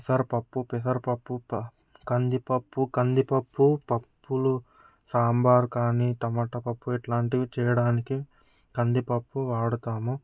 పెసరపప్పు పెసరపప్పు కందిపప్పు కందిపప్పు పప్పులు సాంబార్ కానీ టమాట పప్పు ఇలాంటివి చేయడానికి కందిపప్పు వాడుతాము